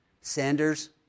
Sanders